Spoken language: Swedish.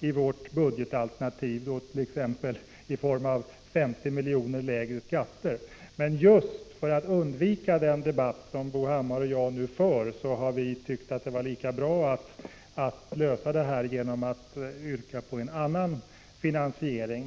i vårt budgetalternativ, t.ex. i form av 50 milj.kr. lägre skatter. Men just för att undvika den debatt som Bo Hammar och jag nu för har folkpartiet tyckt att det var lika bra att lösa detta genom att yrka på en annan finansiering.